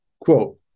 Quote